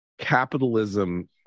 capitalism